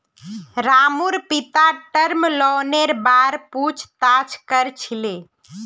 रामूर पिता टर्म लोनेर बार पूछताछ कर छिले